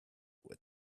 with